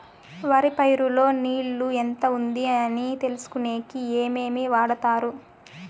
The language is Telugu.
వరి పైరు లో నీళ్లు ఎంత ఉంది అని తెలుసుకునేకి ఏమేమి వాడతారు?